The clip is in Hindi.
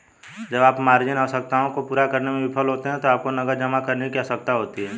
जब आप मार्जिन आवश्यकताओं को पूरा करने में विफल होते हैं तो आपको नकद जमा करने की आवश्यकता होती है